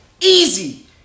Easy